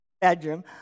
Bedroom